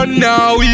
now